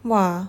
!wah!